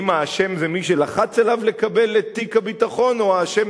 אם האשם זה מי שלחץ עליו לקבל את תיק הביטחון או האשם